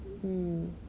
mm